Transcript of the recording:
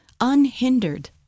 unhindered